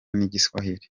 n’igiswahili